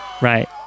Right